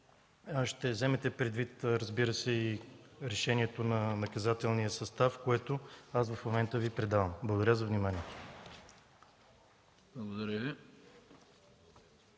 че ще вземете предвид и решението на наказателния състав, което в момента Ви предавам. Благодаря за вниманието.